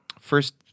First